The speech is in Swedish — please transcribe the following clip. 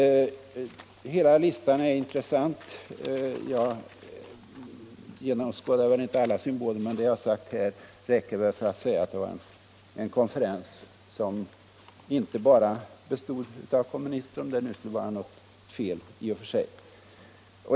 Hela listan är intressant. Jag genomskådar inte utan vidare alla symboler, men det jag har sagt här räcker väl för att visa att konferensen inte bara bestod av kommunister - om det nu skulle vara något fel i och för sig.